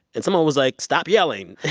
and someone was like, stop yelling